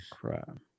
Crap